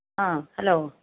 ആഹ് hello